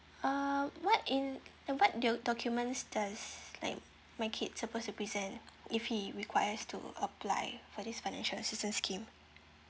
uh what in and what do~ documents does like my kids supposed to be sent if he require us to apply for this financial assistance scheme